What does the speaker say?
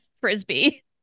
frisbee